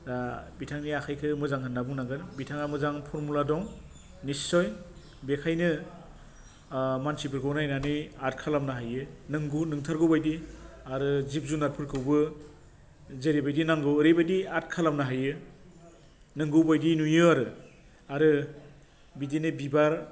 दा बिथांनि आखायखौ मोजां होन्नानै बुंनांगोन बिथाङा मोजां फरमुला दं निस्सय बेखायनो ओ मानसिफोरखौ नायनानै आर्ट खालामनो हायो नंगौ नंथारगौ बादि आरो जिब जुनार फोरखौबो जेरैबादि नांगौ ओरैबादि आर्ट खालामनो हायो नंगै बादि नुयो आरो आरो बिदिनो बिबार